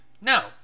No